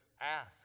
ask